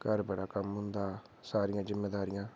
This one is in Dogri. घर बड़ा कम्म होंदा सारियां जिम्मेदारियां